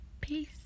Peace